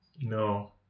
No